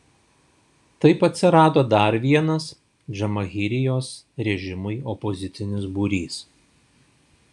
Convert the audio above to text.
taip atsirado dar vienas džamahirijos režimui opozicinis būrys